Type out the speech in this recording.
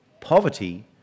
poverty